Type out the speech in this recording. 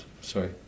Sorry